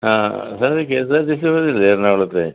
ആ ഇത് K S R T C bus അല്ലേ എറണാകുളത്തെ